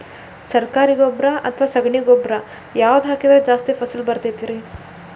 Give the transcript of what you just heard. ಸರಕಾರಿ ಗೊಬ್ಬರ ಅಥವಾ ಸಗಣಿ ಗೊಬ್ಬರ ಯಾವ್ದು ಹಾಕಿದ್ರ ಜಾಸ್ತಿ ಫಸಲು ಬರತೈತ್ರಿ?